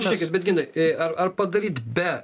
žiūrėkit bet gintai ar ar padaryt be